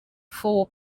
four